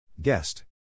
Guest